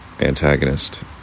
Antagonist